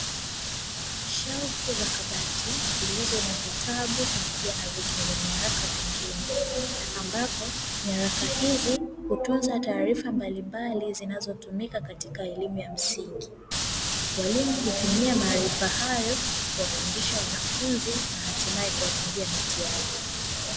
Shelfu za kabati, zilizo na vitabu pamoja na vitunza nyaraka vingine, ambapo nyaraka hizi hutunza taarifa mbalimbali zinazotumika katika elimu ya msingi. Walimu hutumia maarifa hayo kuwafundisha wanafunzi na hatimaye kuwatungia mitihani.